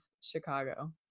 Chicago